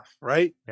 right